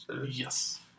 Yes